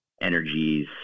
energies